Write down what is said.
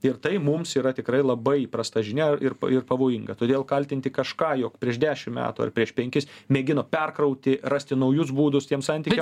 ir tai mums yra tikrai labai prasta žinia ir pa ir pavojinga todėl kaltinti kažką jog prieš dešim metų ar prieš penkis mėgino perkrauti rasti naujus būdus tiems santykiam